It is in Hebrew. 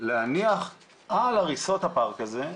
להניח על הריסות הפארק הזה,